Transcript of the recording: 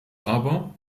aber